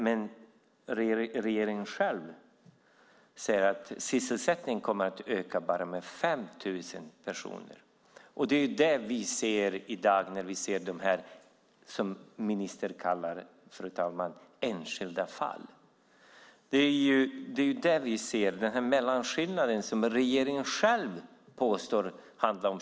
Men regeringen själv säger att sysselsättningen kommer att öka med bara 5 000 personer. Det är det vi ser i dag i det som ministern kallar för enskilda fall. Det är det vi ser, skillnaden.